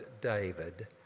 David